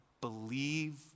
believe